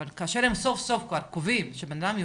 אבל, כאשר הם סוף סוף כבר קובעים שהבן אדם יהודי,